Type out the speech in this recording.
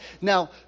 Now